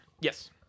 Yes